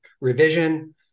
revision